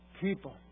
people